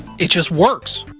it just works.